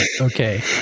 okay